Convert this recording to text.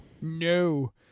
no